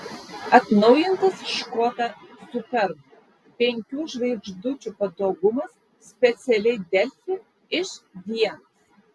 atnaujintas škoda superb penkių žvaigždučių patogumas specialiai delfi iš vienos